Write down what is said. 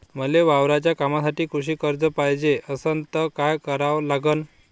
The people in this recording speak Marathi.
मले वावराच्या कामासाठी कृषी कर्ज पायजे असनं त काय कराव लागन?